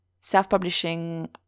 self-publishing